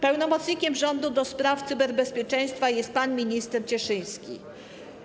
Pełnomocnikiem rządu do spraw cyberbezpieczeństwa jest pan minister Cieszyński.